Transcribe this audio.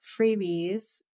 freebies